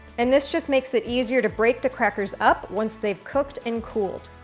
and this just makes it easier to break the crackers up once they've cooked and cooled.